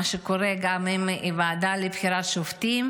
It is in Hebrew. את מה שקורה גם עם הוועדה לבחירת שופטים?